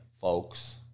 folks